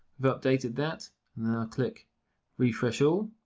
i've updated that and then i'll click refresh all.